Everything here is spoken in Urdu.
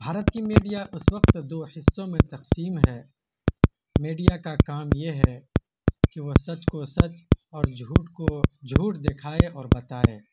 بھارت کی میڈیا اس وقت دو حصوں میں تقسیم ہے میڈیا کا کام یہ ہے کہ وہ سچ کو سچ اور جھوٹ کو چھوٹ دکھائے اور بتائے